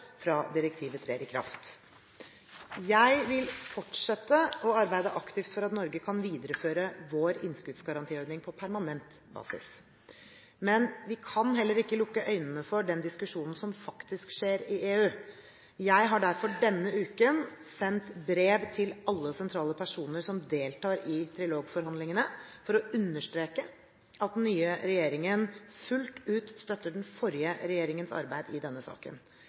fra direktivet trer i kraft. Jeg vil fortsette å arbeide aktivt for at Norge kan videreføre vår innskuddsgarantiordning på permanent basis. Men vi kan heller ikke lukke øynene for den diskusjonen som faktisk skjer i EU. Jeg har derfor denne uken sendt brev til alle sentrale personer som deltar i trilogforhandlingene, for å understreke at den nye regjeringen fullt ut støtter den forrige regjeringens arbeid i denne saken.